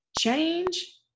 change